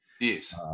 Yes